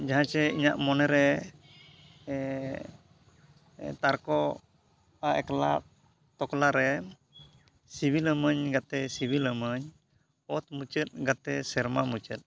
ᱡᱟᱦᱟᱸ ᱪᱮ ᱤᱧᱟᱹᱜ ᱢᱚᱱᱮᱨᱮ ᱛᱟᱨᱠᱳᱜᱼᱟ ᱮᱠᱞᱟ ᱛᱚᱠᱞᱟ ᱨᱮ ᱥᱤᱵᱤᱞᱟᱢᱟᱹᱧ ᱜᱟᱛᱮ ᱥᱤᱵᱤᱞᱟᱢᱟᱹᱧ ᱚᱛ ᱢᱩᱪᱟᱹᱫ ᱜᱟᱛᱮ ᱥᱮᱨᱢᱟ ᱢᱩᱪᱟᱹᱫ